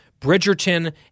Bridgerton